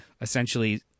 essentially